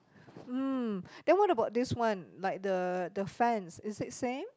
mm then what about this one like the the fans is it same